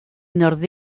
nord